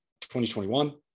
2021